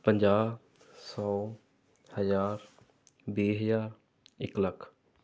ਪੰਜਾਹ ਸੌ ਹਜ਼ਾਰ ਵੀਹ ਹਜ਼ਾਰ ਇੱਕ ਲੱਖ